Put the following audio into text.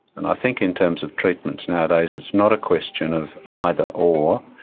and i think in terms of treatments nowadays it's not a question of either or,